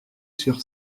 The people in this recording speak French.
sur